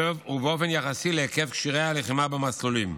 ובאופן יחסי להיקף כשירי הלחימה במסלולים.